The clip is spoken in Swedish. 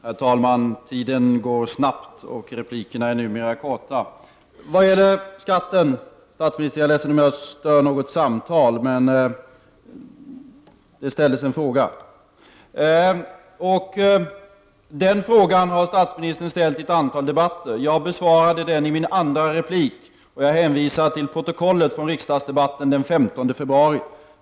Herr talman! Tiden går snabbt, och replikerna är numera korta. Först till statsministerns fråga om skatten — jag ser att statsministern är inbegripen i ett samtal. Jag är ledsen om jag stör, men statsministern har alltså ställt en fråga till mig. Statsministern har i ett antal debatter ställt denna fråga. Jag besvarade frågan i min andra replik, och jag vill också hänvisa till protokollet från riksdagsdebatten den 15 februari.